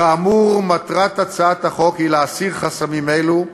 כאמור, מטרת הצעת החוק היא להסיר חסמים אלו.